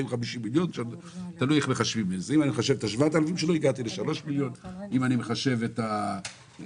מי האדם הזה שמגיע והוא זכאי להלוואה והוא בא ומבקש דירה על 2 מיליון